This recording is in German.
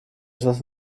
etwas